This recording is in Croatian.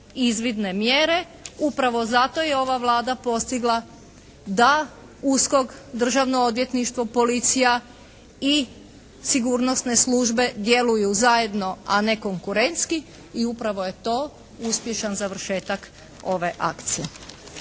izvidne mjere, upravo zato je ova Vlada postigla da USKOK, Državno odvjetništvo, policija i sigurnosne službe djeluju zajedno a ne konkurentski i upravo je to uspješan završetak ove akcije.